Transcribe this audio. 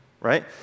right